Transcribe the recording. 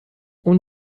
اون